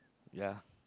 ya